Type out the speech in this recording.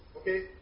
Okay